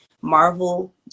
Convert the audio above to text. Marvel